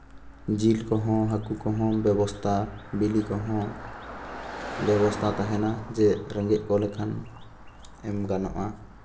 ᱡᱤᱞ ᱠᱚᱦᱚᱸ ᱦᱟᱹᱠᱩ ᱠᱚᱦᱚᱸ ᱵᱮᱵᱚᱥᱛᱷᱟ ᱵᱤᱞᱤ ᱠᱚᱦᱚᱸ ᱵᱮᱵᱚᱥᱛᱷᱟ ᱛᱟᱦᱮᱱᱟ ᱡᱮ ᱨᱮᱸᱜᱮᱡ ᱠᱚ ᱞᱮᱠᱷᱟᱱ ᱮᱢ ᱜᱟᱱᱚᱜᱼᱟ